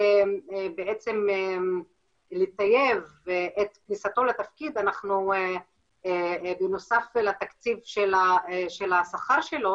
כדי לטייב את כניסתו לתפקיד בנוסף לתקציב של השכר שלו